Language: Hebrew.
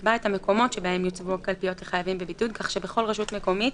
יקבע את המקומות שבהם יוצבו קלפיות לחייבים בבידוד כך שבכל רשות מקומית